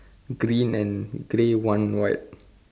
green and grey one white